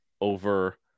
over